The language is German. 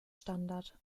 standard